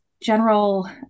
general